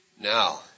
Now